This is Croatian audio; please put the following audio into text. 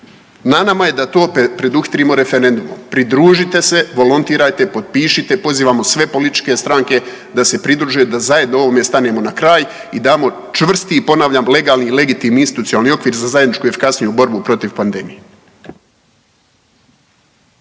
Na nama je da to preduhitrimo referendumom. Pridružite se, volontirajte i potpišite, pozivamo sve političke stranke da se pridruže da zajedno ovome stanemo na kraj i damo čvrsti i ponavljam legalni i legitimni institucionalni okvir za zajedničku i efikasniju borbu protiv pandemije.